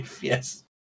Yes